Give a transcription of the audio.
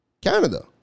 Canada